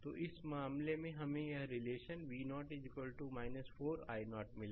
तो इस मामले में हमें यह रिलेशन V0 4 i0 मिला